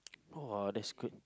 !wah! that's good